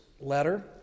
letter